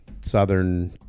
Southern